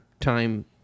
time